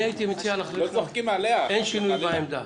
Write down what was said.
אני הייתי מציע לך לומר אין שינוי בעמדה.